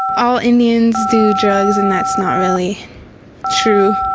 all indians do drugs and that's not really true,